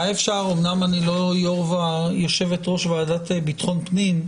אמנם אני לא יושבת-ראש הוועדה לביטחון הפנים,